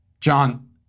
John